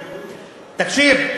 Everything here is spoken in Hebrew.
תקשיב,